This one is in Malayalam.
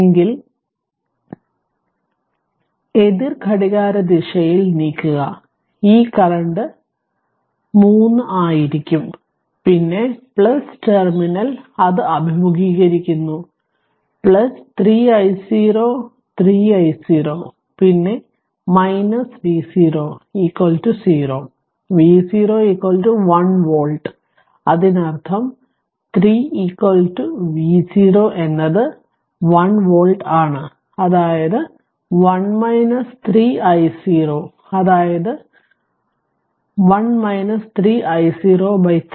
എങ്കിൽ എതിർ ഘടികാരദിശയിൽ നീക്കുക ഈ കറൻറ് 3 ആയിരിക്കും പിന്നെ ടെർമിനൽ അത് അഭിമുഖീകരിക്കുന്നു 3 i0 3 i0 പിന്നെ V0 0 V0 1 വോൾട്ട് അതിനർത്ഥം 3 V0 എന്നത് 1 വോൾട്ട് ആണ് അത് 1 3 i0 അതായത് 1 3 i0 3